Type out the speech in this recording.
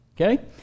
okay